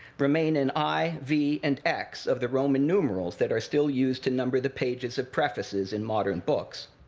remain in i, v, and x of the roman numerals that are still used to number the pages of prefaces in modern books.